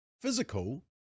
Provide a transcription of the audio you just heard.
physical